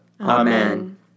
Amen